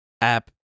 app